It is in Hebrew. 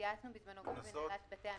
התייעצנו בזמנו גם עם בתי המשפט.